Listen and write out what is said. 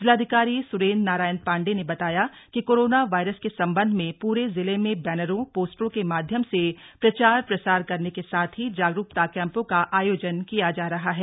जिलाधिकारी सुरेन्द्र नारायण पांडेय ने बताया कि कोरोना वायरस के संबंध में पूरे जिले में बैनरो पोस्टरों के माध्य्म से प्रचार प्रसार करने के साथ ही जागरूकता कैम्पो का आयोजन किया जा रहा है